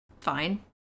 fine